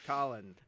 Colin